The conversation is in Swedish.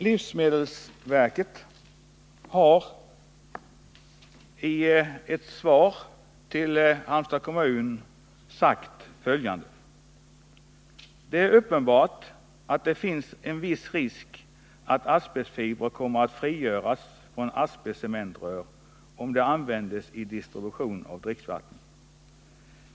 Livsmedelsverket har i ett svar till Halmstads kommun uttalat följande: Det är uppenbart att det finns en viss risk för att asbestfiber kommer att frigöras från asbestcementrör, om de används vid distribution av dricksvatten.